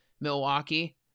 Milwaukee